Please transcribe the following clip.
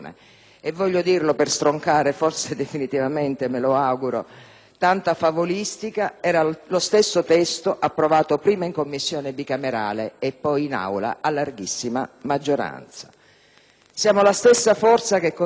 tanta favolistica - era lo stesso testo approvato prima in Commissione bicamerale e poi in Aula, a larghissima maggioranza. Siamo la stessa forza che contribuì a sconfiggere con il *referendum* la successiva riforma del centrodestra